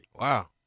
Wow